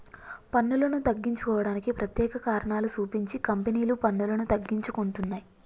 పన్నులను తగ్గించుకోవడానికి ప్రత్యేక కారణాలు సూపించి కంపెనీలు పన్నులను తగ్గించుకుంటున్నయ్